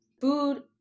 food